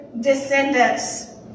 descendants